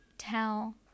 tell